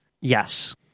Yes